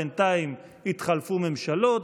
בינתיים התחלפו ממשלות,